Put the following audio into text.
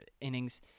innings